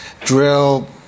drill